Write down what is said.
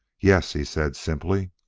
yes, he said simply.